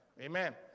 Amen